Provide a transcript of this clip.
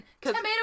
tomato